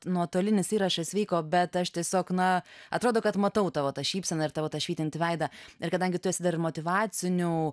nuotolinis įrašas vyko bet aš tiesiog na atrodo kad matau tavo tą šypseną ir tavo tą švytintį veidą ir kadangi tu esi dar ir motyvacinių